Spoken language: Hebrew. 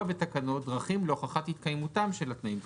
בתקנות דרכים להוכחת התקיימותם של התנאים,